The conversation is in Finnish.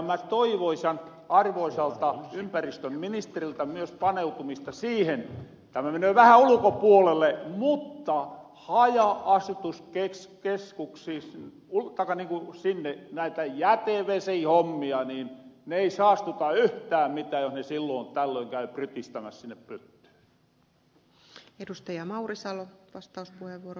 mä toivoisin arvoisalta ympäristöministeriltä myös paneutumista siihen tämä menöö vähän ulukopuolelle mutta laaja asutuskkeeks keskukseksi algarven uusiminen haja asutuskeskuksiin näitä jätevesihommia ne ei saastuta yhtään mitään jos ne silloin tällöin käy prytistämäs sinne pyttyyn